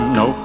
no